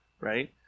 right